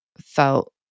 felt